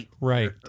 Right